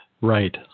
right